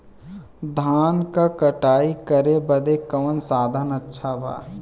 धान क कटाई करे बदे कवन साधन अच्छा बा?